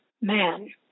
man